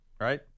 right